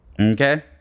okay